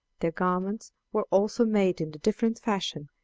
their garments were also made in a different fashion,